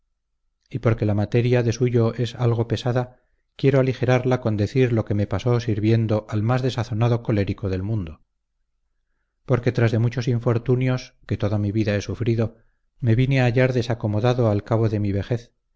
y porque la materia de suyo es algo pesada quiero aligerarla con decir lo que me pasó sirviendo al más desazonado colérico del mundo porque tras de muchos infortunios que toda mi vida he sufrido me vine a hallar desacomodado al cabo de mi vejez